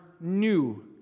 new